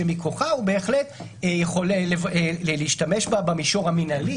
שמכוחה הוא בהחלט יכול להשתמש בה במישור המינהלי